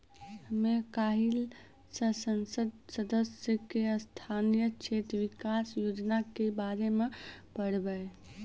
हमे काइल से संसद सदस्य के स्थानीय क्षेत्र विकास योजना के बारे मे पढ़बै